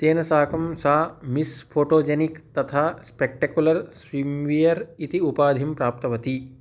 तेन साकं सा मिस् फ़ोटोजेनिक् तथा स्पेक्टेकुलर् स्विम्वियर् इति उपाधिं प्राप्तवती